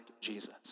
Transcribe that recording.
Jesus